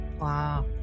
wow